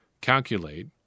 calculate